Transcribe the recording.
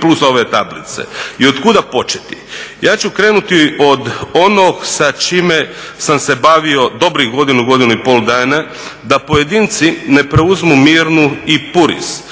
plus ove tablice i od kuda početi? Ja ću krenuti od onog sa čime sam se bavio dobrih godinu, godinu i pol dana, da pojedinci ne preuzmu Mirnu i Puris,